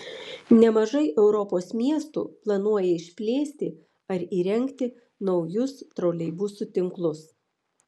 nemažai europos miestų planuoja išplėsti ar įrengti naujus troleibusų tinklus